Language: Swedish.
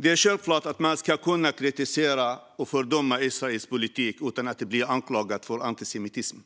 Det är självklart att man ska kunna kritisera och fördöma Israels politik utan att bli anklagad för antisemitism,